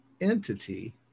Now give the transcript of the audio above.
entity